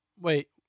Wait